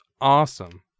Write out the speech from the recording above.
awesome